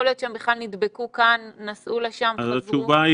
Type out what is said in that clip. יכול להיות שהם בכלל נדבקו כאן, נסעו לשם, חזרו.